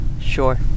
sure